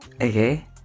okay